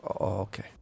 Okay